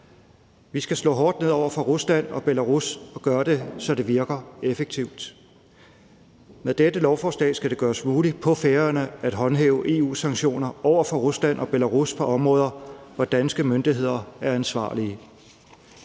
Vi skal slå hårdt ned over for Rusland og Belarus og gøre det, så det virker effektivt. Med dette lovforslag skal det gøres muligt på Færøerne at håndhæve EU's sanktioner over for Rusland og Belarus på områder, hvor danske myndigheder er ansvarlige.